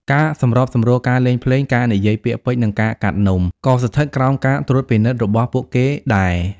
ការសម្របសម្រួលការលេងភ្លេង ការនិយាយពាក្យពេចន៍ និងការកាត់នំក៏ស្ថិតក្រោមការត្រួតពិនិត្យរបស់ពួកគេដែរ។